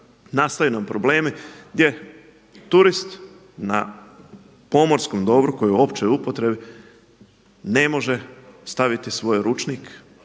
nastaju nam problemi gdje turist na pomorskom dobru koji je u općoj upotrebi ne može staviti svoj ručnik